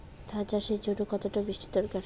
ধান চাষের জন্য কতটা বৃষ্টির দরকার?